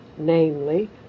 Namely